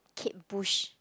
kate bush